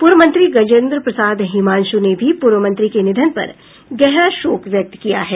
पूर्व मंत्री गजेन्द्र प्रसाद हिमांशु ने भी पूर्व मंत्री के निधन पर गहरा शोक व्यक्त किया है